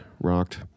rocked